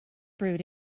brewed